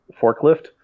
forklift